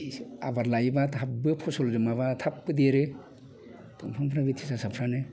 आबाद लायोब्ला थाबबो फसल माबा थाबबो देरो दंफांफ्रा बे